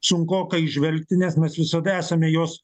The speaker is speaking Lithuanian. sunkoka įžvelgti nes mes visada esame jos